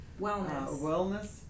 wellness